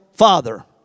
father